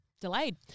delayed